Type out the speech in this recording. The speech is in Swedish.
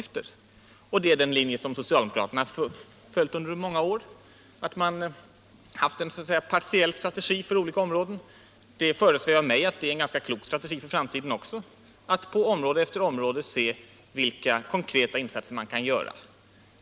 Det är också den linje som socialdemokraterna följt under många år. Man har alltså haft en partiell strategi för många olika områden, och det föresvävar mig att det är en ganska klok strategi också för framtiden att på område efter område se vilka konkreta insatser man kan göra.